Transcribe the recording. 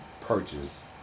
purchase